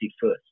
first